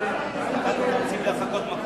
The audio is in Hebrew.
סעיף 1 נתקבל.